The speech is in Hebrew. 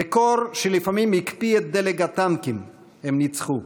בקור שלפעמים הקפיא את דלק הטנקים, הם ניצחו.